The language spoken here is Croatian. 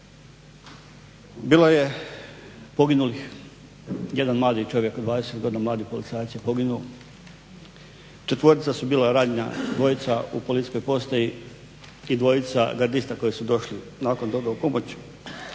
Bilo je poginulih, jedan mladi čovjek od 20 godina, mladi policajac je poginuo, četvorica ranjena, dvojica gardista koji su došli nakon toga u pomoć.